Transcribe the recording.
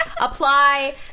apply